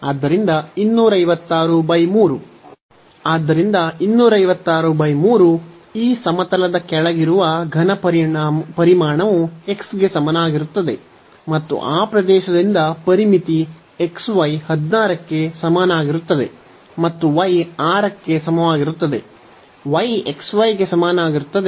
ಆದ್ದರಿಂದ 2563 ಈ ಸಮತಲದ ಕೆಳಗಿರುವ ಘನ ಪರಿಮಾಣವು x ಗೆ ಸಮನಾಗಿರುತ್ತದೆ ಮತ್ತು ಆ ಪ್ರದೇಶದಿಂದ ಪರಿಮಿತಿ xy 16 ಕ್ಕೆ ಸಮನಾಗಿರುತ್ತದೆ ಮತ್ತು y 6 ಕ್ಕೆ ಸಮವಾಗಿರುತ್ತದೆ